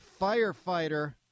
firefighter